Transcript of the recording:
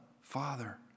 Father